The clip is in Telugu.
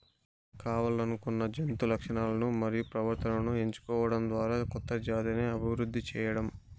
కావల్లనుకున్న జంతు లక్షణాలను మరియు ప్రవర్తనను ఎంచుకోవడం ద్వారా కొత్త జాతిని అభివృద్ది చేయడం